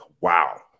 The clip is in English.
wow